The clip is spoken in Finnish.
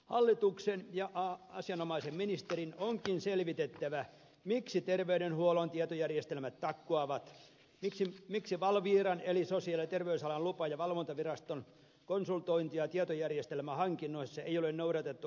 hallituksen ja asianomaisen ministerin onkin selvitettävä miksi terveydenhuollon tietojärjestelmät takkuavat miksi valviran eli sosiaali ja terveysalan lupa ja valvontaviraston tietojärjestelmähankinnoissa ei ole noudatettu hankitalain säännöksiä